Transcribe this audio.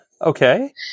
Okay